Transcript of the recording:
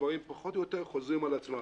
הדברים פחות או יותר חוזרים על עצמם.